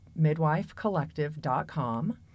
midwifecollective.com